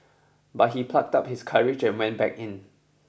but he plucked up his courage and went back in